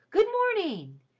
good-morning!